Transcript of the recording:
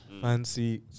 Fancy